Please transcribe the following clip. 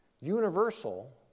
universal